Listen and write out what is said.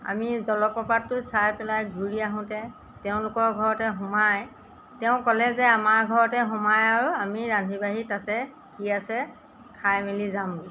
আমি জলপ্ৰপাতটো চাই পেলাই ঘূৰি আহোঁতে তেওঁলোকৰ ঘৰতে সোমাই তেওঁ ক'লে যে আমাৰ ঘৰতে সোমাই আৰু আমি ৰান্ধি বাঢ়ি তাতে কি আছে খাই মেলি যাম